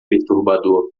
perturbador